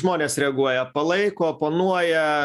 žmonės reaguoja palaiko oponuoja